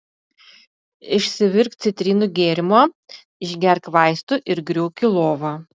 išsivirk citrinų gėrimo išgerk vaistų ir griūk į lovą